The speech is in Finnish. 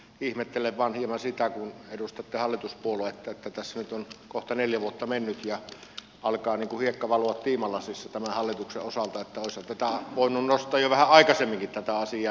ihmettelen vain hieman sitä kun edustatte hallituspuoluetta että tässä on kohta neljä vuotta mennyt ja alkaa hiekka valua tiimalasissa tämän hallituksen osalta eli olisihan tätä asiaa voinut nostaa jo vähän aikaisemminkin ykkösteemaksi